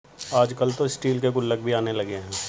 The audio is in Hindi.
आजकल तो स्टील के गुल्लक भी आने लगे हैं